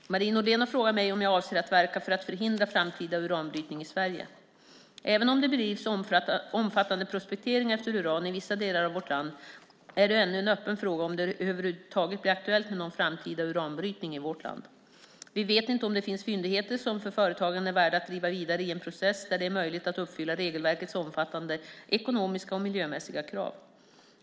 Fru talman! Marie Nordén har frågat mig om jag avser att verka för att förhindra framtida uranbrytning i Sverige. Även om det bedrivs omfattande prospektering efter uran i vissa delar av vårt land är det ännu en öppen fråga om det över huvud taget blir aktuellt med någon framtida uranbrytning i vårt land. Vi vet inte om det finns fyndigheter som för företagen är värda att driva vidare i en process där det är möjligt att uppfylla regelverkets omfattande ekonomiska och miljömässiga krav.